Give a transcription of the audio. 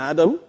Adam